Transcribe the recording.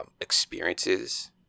experiences –